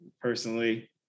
personally